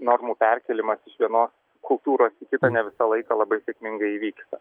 normų perkėlimas iš vienos kultūros į kitą ne visą laiką labai sėkmingai įvyksta